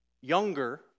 Younger